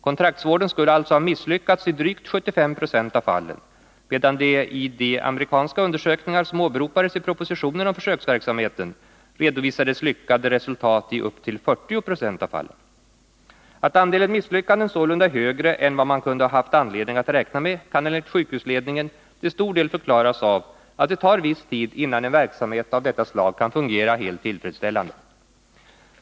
Kontraktsvården skulle alltså ha misslyckats i drygt 75 96 av fallen, medan det i de amerikanska undersökningar som åberopades i propositionen om försöksverksamheten redovisades lyckade resultat i upp till 40 922 av fallen. Att andelen misslyckanden sålunda är högre än vad man kunde ha haft anledning att räkna med kan enligt sjukhusledningen till stor del förklaras av att det tar viss tid, innan en verksamhet av detta slag kan fungera helt tillfredsställande.